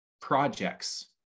projects